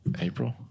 April